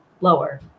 lower